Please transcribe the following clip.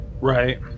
Right